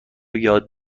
یاد